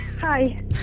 Hi